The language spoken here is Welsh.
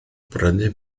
brynu